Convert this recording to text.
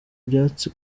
ibyatsi